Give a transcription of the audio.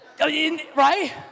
Right